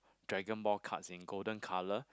dragon ball cards in golden colour